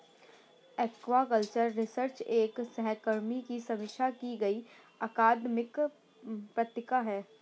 aquaculture research एक सहकर्मी की समीक्षा की गई अकादमिक पत्रिका है